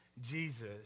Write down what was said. Jesus